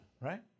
right